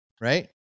right